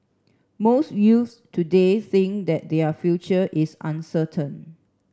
most youths today think that their future is uncertain